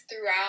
throughout